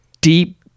deep